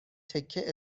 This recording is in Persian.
تکه